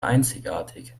einzigartig